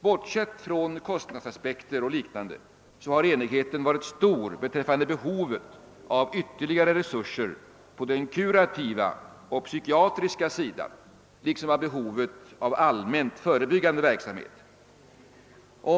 Bortsett från kostnadsaspekter och liknande synpunkter har enigheten varit stor beträffande behovet av ytterligare resurser i kurativt och psykiatriskt avseende liksom när det gäller behovet av allmänt förebyggande verksamhet.